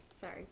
Sorry